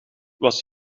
was